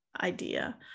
idea